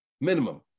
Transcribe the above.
Minimum